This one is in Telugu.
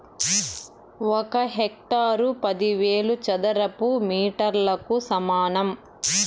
ఒక హెక్టారు పదివేల చదరపు మీటర్లకు సమానం